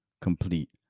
Complete